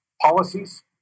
policies